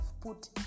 put